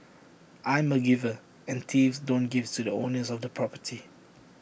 I'm A giver and thieves don't give to the owners of the property